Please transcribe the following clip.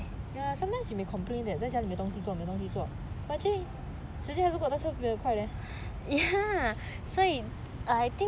ya sometimes you may complain that 在家里面没有东西做没有东西做 but actually 时间还是过得特别快 leh